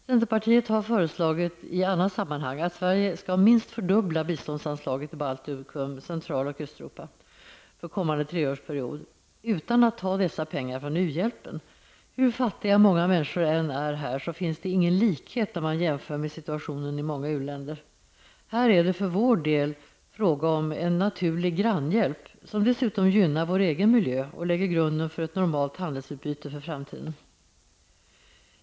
Centerpartiet har i annat sammanhang föreslagit att Sverige minst skall fördubbla biståndanslaget till Baltikum, Central och Östeuropa för kommande treårsperiod, utan att dessa pengar tas från uhjälpen. Hur fattiga många människor än är här, finns det ingen likhet när man jämför med situationen i många u-länder. Här är det för vår del fråga om en naturlig grannhjälp, som dessutom gynnar vår egen miljö och lägger grunden för ett normalt handelsutbyte i framtiden.